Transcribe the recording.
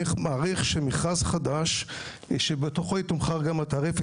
אני מעריך שמכרז חדש שבתוכו יתומחר גם התעריף,